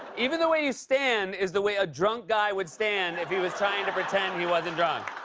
even the way you stand is the way a drunk guy would stand if he was trying to pretend he wasn't drunk.